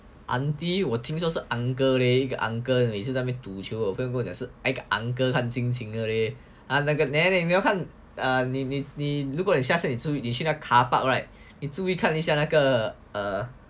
aunty 我听说是 uncle leh 一个 uncle 每次在那边赌球现在跟我讲 uncle 看心情 leh 如果你下次你出你现在 car park [right] 你注意看了一下那个 err